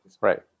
Right